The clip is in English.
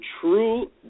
true